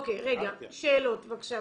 שאלות, בבקשה.